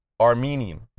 Armenian